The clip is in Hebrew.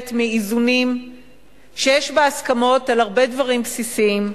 מאיזונים שיש בהסכמות על הרבה דברים בסיסיים.